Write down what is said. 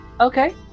Okay